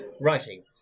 writing